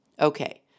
Okay